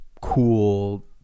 cool